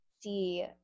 see